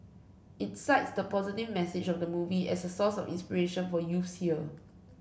it cites the positive message of the movie as a source of inspiration for youths here